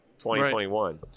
2021